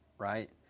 Right